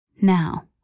Now